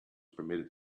permitted